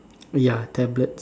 ya tablets